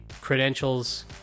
credentials